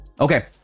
Okay